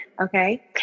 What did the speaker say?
Okay